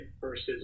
versus